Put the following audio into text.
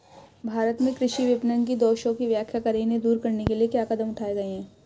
भारत में कृषि विपणन के दोषों की व्याख्या करें इन्हें दूर करने के लिए क्या कदम उठाए गए हैं?